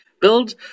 build